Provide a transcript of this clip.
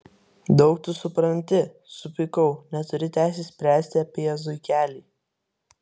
daug tu supranti supykau neturi teisės spręsti apie zuikelį